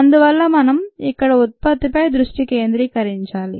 అందువల్ల మనం ఇక్కడ ఉత్పత్తిపై దృష్టి కేంద్రీకరించాలి